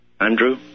Andrew